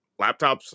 laptops